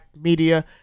Media